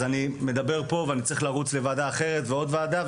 אז אני מדבר פה ואני צריך לרוץ לוועדה אחרת ולעוד ועדה,